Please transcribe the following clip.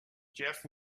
jeff